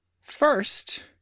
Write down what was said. First